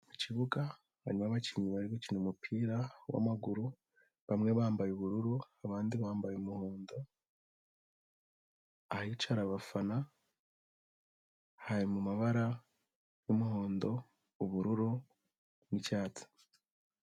Mu kibuga harimo abakinnyi bari gukina umupira w'amaguru, bamwe bambaye ubururu abandi bambaye umuhondo. Ahicara abafana, hari mu mabara y'umuhondo, ubururu, n'icyatsi.